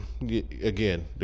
again